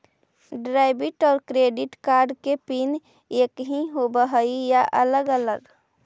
Debit और credit card के PIN एकही होव हइ या अलग अलग?